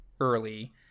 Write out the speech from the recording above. early